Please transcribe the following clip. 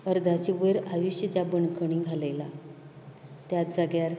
अर्दाचे वयर आयुश्य त्या बंदखणीत घालयलां त्याच जाग्यार